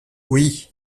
oui